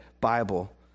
Bible